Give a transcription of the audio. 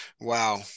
Wow